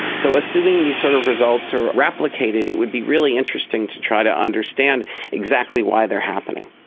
so assuming these sort of results are replicated, it would be really interesting to try to understand exactly why they are happening.